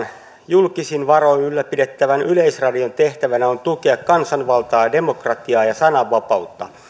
julkisin varoin ylläpidettävän yleisradion tehtävänä on tukea kansanvaltaa demokratiaa ja sananvapautta